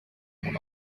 mon